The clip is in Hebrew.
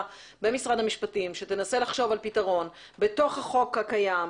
במשרד המשפטים שתנסה לחשוב על פתרון בתוך החוק הקיים,